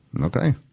Okay